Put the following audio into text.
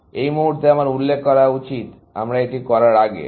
এই মুহুর্তে আমার উল্লেখ করা উচিত আমরা এটি করার আগে